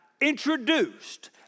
introduced